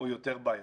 יותר בעייתי.